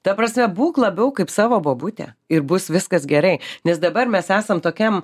ta prasme būk labiau kaip savo bobutė ir bus viskas gerai nes dabar mes esam tokiam